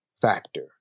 factor